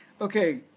Okay